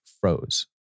froze